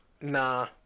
Nah